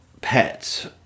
pets